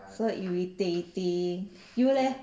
so irritating you leh